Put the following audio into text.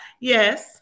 Yes